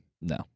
No